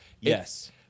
Yes